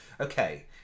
Okay